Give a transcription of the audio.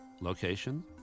location